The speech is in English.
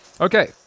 Okay